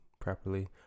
properly